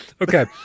Okay